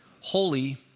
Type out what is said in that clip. holy